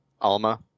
Alma